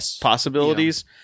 possibilities